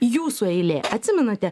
jūsų eilė atsimenate